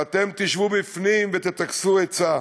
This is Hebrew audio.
ואתם תשבו בפנים ותטכסו עצה.